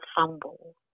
fumble